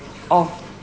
of